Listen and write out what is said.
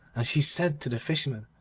and she said to the fisherman,